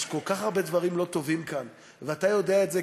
יש כל כך הרבה דברים לא טובים כאן ואתה יודע את זה,